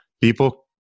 people